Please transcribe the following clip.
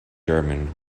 german